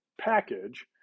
package